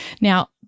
Now